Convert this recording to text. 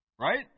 Right